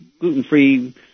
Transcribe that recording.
gluten-free